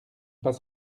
pas